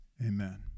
Amen